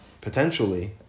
potentially